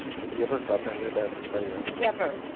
have you ever felt that way about anybody else? never.